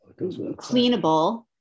cleanable